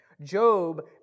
Job